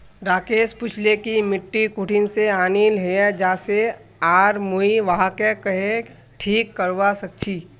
राकेश पूछिल् कि मिट्टी कुठिन से आनिल हैये जा से आर मुई वहाक् कँहे ठीक करवा सक छि